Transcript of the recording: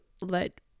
let